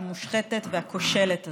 המושחתת והכושלת הזאת,